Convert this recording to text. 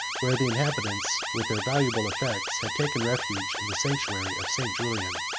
where the inhabitants, with their valuable effects, had taken refuge in the sanctuary of st. julian.